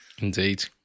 Indeed